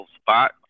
spot